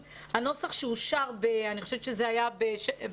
הנוסח שאושר אני חושבת שזה היה ב-16/10